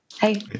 Hey